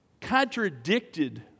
contradicted